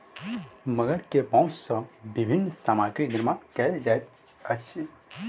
मगर के मौस सॅ विभिन्न सामग्री निर्माण कयल जाइत अछि